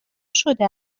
شده